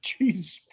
Jeez